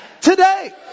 Today